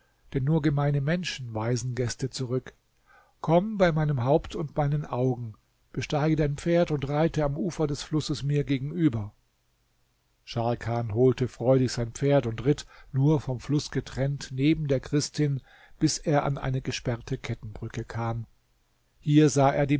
denn nur gemeine menschen weisen gäste zurück komm bei meinem haupt und meinen augen besteige dein pferd und reite am ufer des flusses mir gegenüber scharkan holte freudig sein pferd und ritt nur vom fluß getrennt neben der christin bis er an eine gesperrte kettenbrücke kam hier sah er